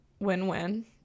win-win